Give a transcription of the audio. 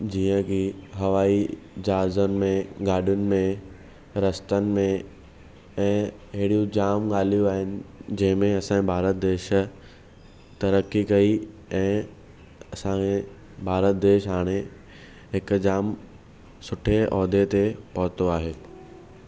जीअं की हवाई जहाजनि में ॻाडियुनि में रस्तनि में ऐं हेड़ियूं जाम ॻाल्हियूं आहिनि जंहिंमें असांजे भारत देश तरक़ी कई ऐं असांखे भारत देश हाणे हिकु जाम सुठे उहिदे ते पहुतो आहे